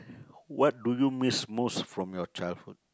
what do you miss most from your childhood